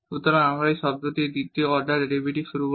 সুতরাং আমরা এখন এই টার্মটির দ্বিতীয় অর্ডার ডেরিভেটিভ গণনা করব